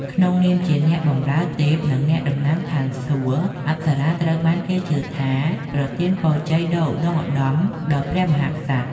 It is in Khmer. ក្នុងនាមជា អ្នកបម្រើទេព និង អ្នកតំណាងស្ថានសួគ៌ អប្សរាត្រូវបានគេជឿថាប្រទានពរជ័យដ៏ឧត្តុង្គឧត្តមដល់ព្រះមហាក្សត្រ។